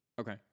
Okay